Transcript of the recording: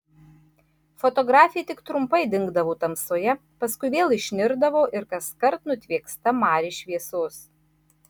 fotografė tik trumpai dingdavo tamsoje paskui vėl išnirdavo ir kaskart nutvieksta mari šviesos